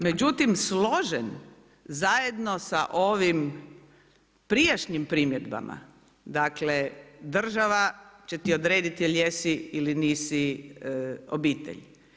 Međutim, složen zajedno sa ovim prijašnjim primjedbama, dakle, država će ti odrediti jel jesi ili nisi obitelj.